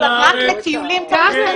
רק לטיולים צריך סטנדרטים?